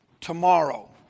tomorrow